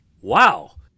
Wow